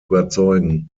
überzeugen